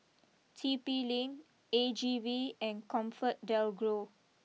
T P Link A G V and ComfortDelGro